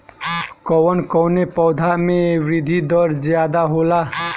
कवन कवने पौधा में वृद्धि दर ज्यादा होला?